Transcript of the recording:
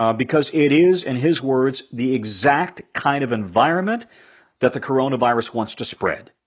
ah because it is, in his words, the exact kind of environment that the coronavirus wants to spread.